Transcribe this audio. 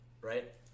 Right